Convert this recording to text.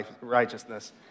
righteousness